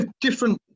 different